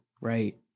right